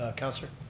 ah counselor.